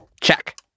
Check